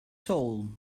soul